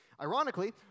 Ironically